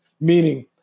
Meaning